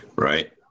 Right